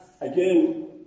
again